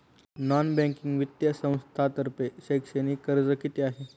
Non banking वित्तीय संस्थांतर्फे शैक्षणिक कर्ज किती आहे?